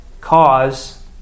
cause